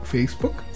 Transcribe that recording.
Facebook